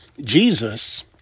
Jesus